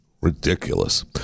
ridiculous